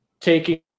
taking